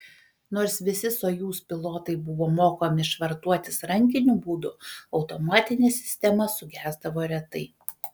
nors visi sojuz pilotai buvo mokomi švartuotis rankiniu būdu automatinė sistema sugesdavo retai